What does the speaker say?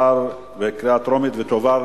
פרסום החלטות),